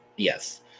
Yes